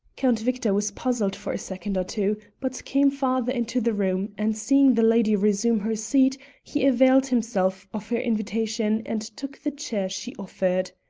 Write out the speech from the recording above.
count victor was puzzled for a second or two, but came farther into the room, and, seeing the lady resume her seat, he availed himself of her invitation and took the chair she offered.